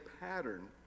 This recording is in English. pattern